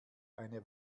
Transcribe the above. eine